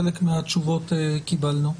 חלק מהתשובות קיבלנו,